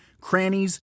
crannies